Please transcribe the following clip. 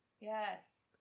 yes